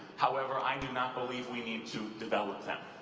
however, i do not believe we need to develop them.